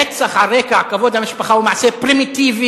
רצח על רקע כבוד המשפחה הוא מעשה פרימיטיבי,